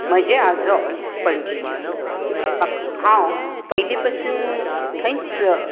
म्हजें आजोळ पणजेचें हांव पयलीं पसून थंयच